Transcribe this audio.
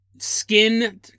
Skin